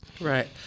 Right